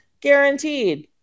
guaranteed